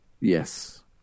Yes